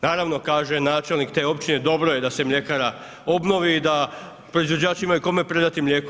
Naravno kaže načelnik te općine – dobro je da se mljekara obnovi i da proizvođači imaju kome predati mlijeko.